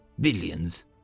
billions